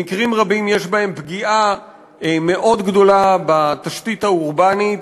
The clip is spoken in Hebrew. במקרים רבים יש בהם פגיעה מאוד גדולה בתשתית האורבנית,